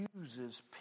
uses